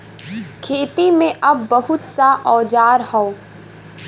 खेती में अब बहुत सा औजार हौ